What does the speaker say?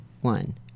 one